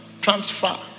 transfer